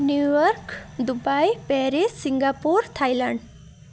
New York Dubai Paris Singapore Thailand